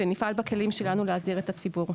ונפעל בכלים שלנו להזהיר את הציבור.